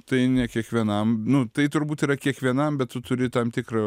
tai ne kiekvienam nu tai turbūt yra kiekvienam bet tu turi tam tikrą